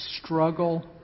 struggle